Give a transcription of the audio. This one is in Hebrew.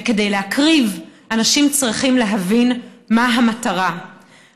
וכדי להקריב אנשים צריכים להבין מה המטרה,